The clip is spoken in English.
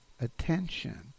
attention